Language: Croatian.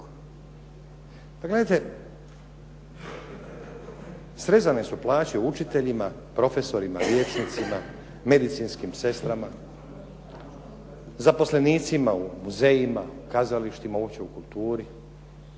srezane su plaće učiteljima, profesorima i liječnicima, medicinskim sestrama, zaposlenicima u muzejima, u kazalištima, uopće